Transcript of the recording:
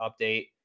update